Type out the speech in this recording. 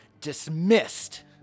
dismissed